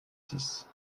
six